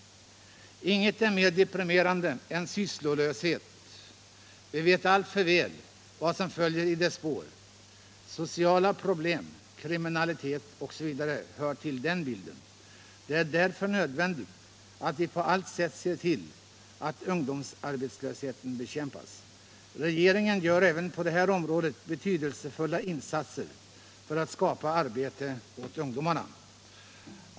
Inget är mer deprimerande än sysslolöshet. Vi vet alltför väl vad som följer i dess spår. Sociala problem, kriminalitet osv. hör till den bilden. Det är därför nödvändigt att vi på allt sätt ser till att ungdomsarbetslösheten bekämpas. Regeringen gör även på det här området betydelsefulla insatser för att skapa arbete åt ungdomarna.